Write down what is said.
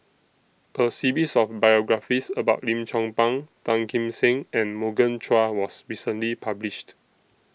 A series of biographies about Lim Chong Pang Tan Kim Seng and Morgan Chua was recently published